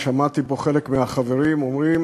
ושמעתי פה חלק מהחברים אומרים